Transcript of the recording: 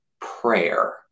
prayer